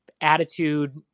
attitude